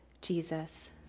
Jesus